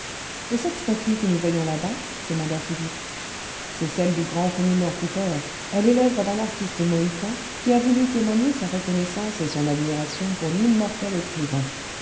et cette statue que nous voyons là-bas demanda philippe c'est celle du grand fenimore cooper elle est l'oeuvre d'un artiste mohican qui a voulu témoigner sa reconnaissance et son admiration pour l'immortel écrivain